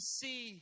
see